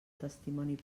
testimoni